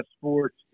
sports